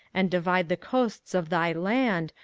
and divide the coasts of thy land,